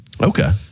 Okay